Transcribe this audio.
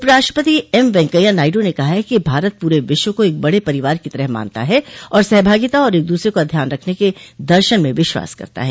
उप राष्ट्रपति एम वैंकैया नायडू ने कहा है कि भारत पूरे विश्व को एक बड़े परिवार की तरह मानता है तथा सहभागिता और एक दूसरे का ध्यान रखने के दर्शन में विश्वास करता है